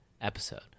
episode